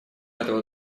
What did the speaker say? этого